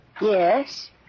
Yes